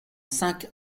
cinq